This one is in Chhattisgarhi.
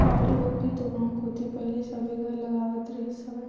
बाड़ी बखरी तो गाँव कोती पहिली सबे घर लगावत रिहिस हवय